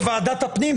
בוועדת הפנים,